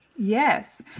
Yes